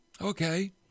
Okay